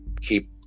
keep